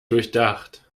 durchdacht